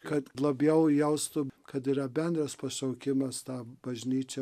kad labiau jaustų kad yra bendras pašaukimas tą bažnyčią